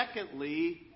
secondly